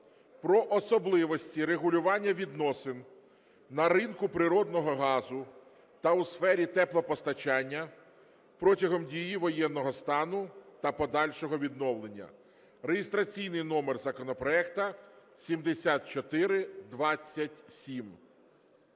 про особливості регулювання відносин на ринку природного газу та у сфері теплопостачання протягом дії воєнного стану та подальшого відновлення (реєстраційний номер законопроекту 7427).